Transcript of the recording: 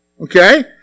Okay